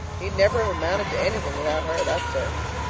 he'd never have amounted to anything without her, that's certain.